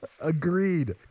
Agreed